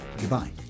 goodbye